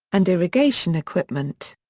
and irrigation equipment.